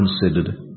considered